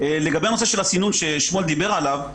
לגבי נושא הסינון ששמואל דיבר עליו,